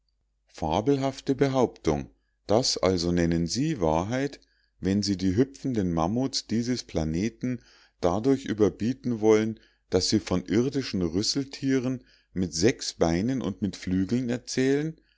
fabelhafte behauptung das also nennen sie wahrheit wenn sie die hüpfenden mammuts dieses planeten dadurch überbieten wollen daß sie von irdischen rüsseltieren mit sechs beinen und mit flügeln erzählen